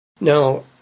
Now